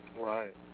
Right